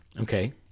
Okay